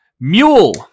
Mule